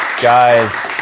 guys,